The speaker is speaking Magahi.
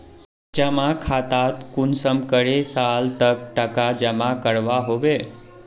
जमा खातात कुंसम करे साल तक टका जमा करवा होबे?